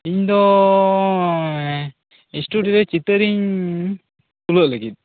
ᱤᱧᱫᱚ ᱤᱥᱴᱩᱰᱤᱭᱩ ᱨᱮ ᱪᱤᱛᱟ ᱨᱤ ᱧ ᱛᱩᱞᱟ ᱜ ᱞᱟ ᱜᱤᱫ